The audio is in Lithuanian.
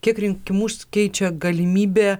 kiek rinkimus keičia galimybė